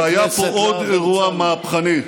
היה פה עוד אירוע מהפכני.